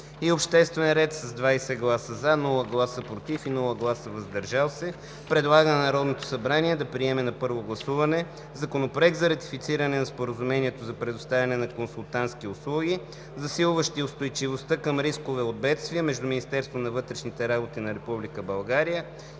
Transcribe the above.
и обществен ред с 20 гласа „за“, без „против“ и „въздържал се“ предлага на Народното събрание да приеме на първо гласуване Законопроект за ратифициране на Споразумението за предоставяне на консултантски услуги, засилващи устойчивостта към рискове от бедствия, между Министерството на вътрешните работи на Република България